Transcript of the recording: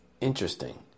Interesting